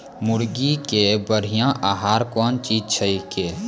मुर्गी के बढ़िया आहार कौन चीज छै के?